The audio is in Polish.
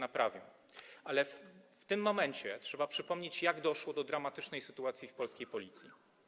Ale w tym momencie trzeba przypomnieć, jak doszło do dramatycznej sytuacji w polskiej Policji.